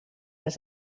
els